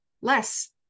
less